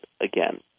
again